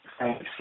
Thanks